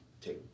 take